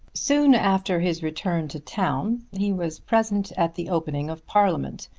soon after his return to town he was present at the opening of parliament,